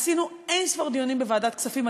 עשינו אין-ספור דיונים בוועדת הכספים,